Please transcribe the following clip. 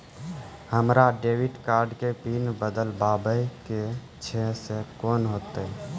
हमरा debit card के pin बदलबावै के छैं से कौन होतै?